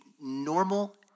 normal